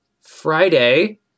Friday